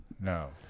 No